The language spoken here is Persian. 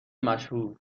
مشهور